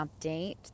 update